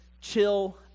Chill